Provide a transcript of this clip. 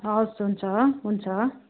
हवस् हुन्छ हुन्छ